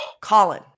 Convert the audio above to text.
Colin